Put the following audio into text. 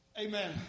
Amen